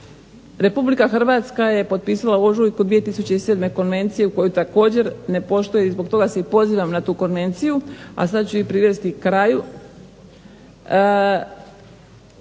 Republika Hrvatska je potpisala u ožujku 2007. konvenciju koju također ne poštuje i zbog toga se i pozivam na tu konvenciju. A sad ću i privesti kraju.